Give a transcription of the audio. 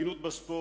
הגינות בספורט,